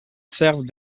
serve